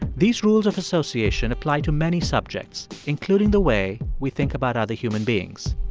these rules of association apply to many subjects, including the way we think about other human beings.